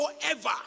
forever